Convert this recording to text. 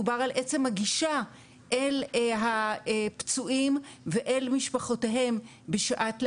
מדובר על עצם הגישה אל הפצועים ואל משפחותיהם בשעת לחץ.